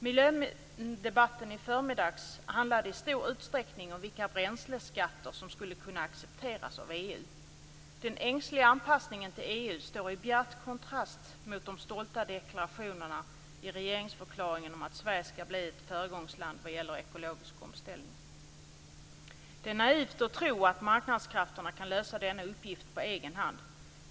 Miljödebatten i förmiddags handlade i stor utsträckning om vilka bränsleskatter som skulle kunna accepteras av EU. Den ängsliga anpassningen till EU står i bjärt kontrast mot de stolta deklarationerna i regeringsförklaringen om att Sverige skall bli ett föregångsland vad gäller ekologisk omställning. Det är naivt att tro att marknadskrafterna kan lösa denna uppgift på egen hand.